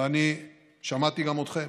ואני שמעתי גם אתכם,